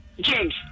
James